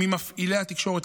ממפעילי התקשורת,